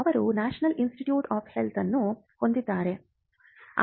ಅವರು national institute of health ಅನ್ನು ಹೊಂದಿದ್ದಾರೆ NIH